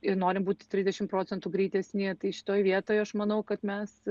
ir norim būti trisdešim procentų greitesni tai šitoj vietoj aš manau kad mes